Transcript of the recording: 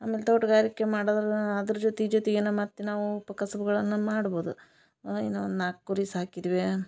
ಆಮೇಲೆ ತೋಟಗಾರಿಕೆ ಮಾಡೋದರನ ಅದರ ಜೊತಿ ಜೊತಿಗೆನ ಮತ್ತೆ ನಾವು ಉಪಕಸುಬುಗಳನ್ನ ಮಾಡ್ಬೋದು ಅ ಇನ್ನ ಒಂದು ನಾಲ್ಕು ಕುರಿ ಸಾಕಿದ್ವೆ